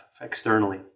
externally